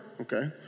okay